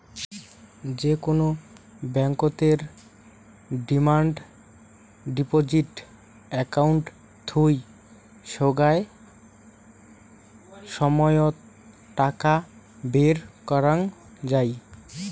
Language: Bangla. যে কুনো ব্যাংকতের ডিমান্ড ডিপজিট একাউন্ট থুই সোগায় সময়ত টাকা বের করাঙ যাই